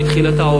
בתחילתה,